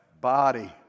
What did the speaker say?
body